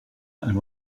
and